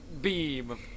beam